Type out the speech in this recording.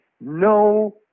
no